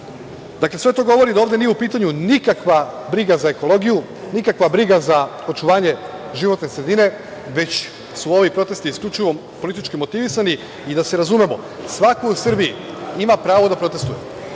sve to govori da ovde nije u pitanju nikakva briga za ekologiju, nikakva briga za očuvanje životne sredine već su ovi protesti isključivo politički motivisani. Da se razumemo svako u Srbiji ima pravo da protestvuje.